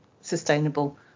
sustainable